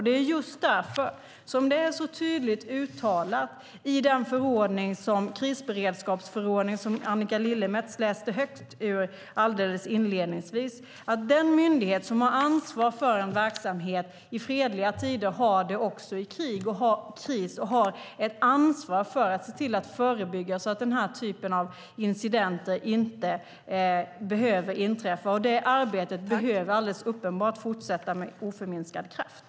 Det är just därför som det tydligt uttalas i den krisberedskapsförordning som Annika Lillemets inledningsvis läste högt ur att den myndighet som har ansvar för en verksamhet i fredliga tider har det också i kris. Man har ett ansvar att förebygga så att denna typ av incidenter inte behöver inträffa. Det arbetet behöver alldeles uppenbart fortsätta med oförminskad kraft.